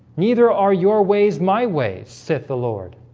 neither are your ways my ways saith the lord